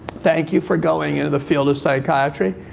thank you for going into the field of psychiatry.